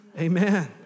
Amen